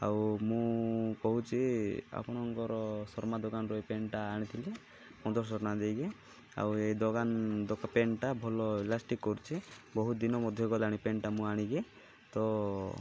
ଆଉ ମୁଁ କହୁଛି ଆପଣଙ୍କର ଶର୍ମା ଦୋକାନରୁ ଏଇ ପେଣ୍ଟ୍ଟା ଆଣିଥିଲି ପନ୍ଦର ଶହ ଟଙ୍କା ଦେଇକି ଆଉ ଏଇ ଦୋକାନ ପେଣ୍ଟ୍ଟା ଭଲ ଲାଷ୍ଟିଂ କରୁଛି ବହୁତ ଦିନ ମଧ୍ୟ ଗଲାଣି ପେଣ୍ଟ୍ଟା ମୁଁ ଆଣିକି ତ